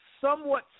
somewhat